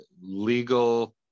legal